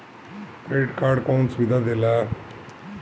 Credit card कौन सुबिधा देला?